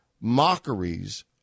mockeries